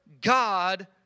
God